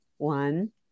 One